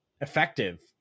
effective